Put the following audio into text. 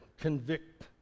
convict